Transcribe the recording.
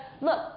look